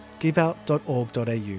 giveout.org.au